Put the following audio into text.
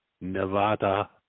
Nevada